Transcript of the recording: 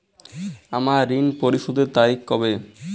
আমার ঋণ পরিশোধের তারিখ কবে?